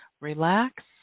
relax